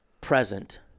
present